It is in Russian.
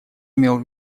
имел